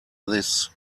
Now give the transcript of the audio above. this